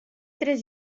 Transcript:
tres